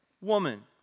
woman